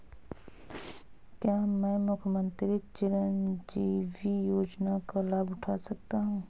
क्या मैं मुख्यमंत्री चिरंजीवी योजना का लाभ उठा सकता हूं?